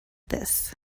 this